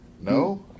No